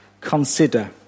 consider